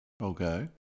okay